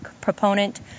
proponent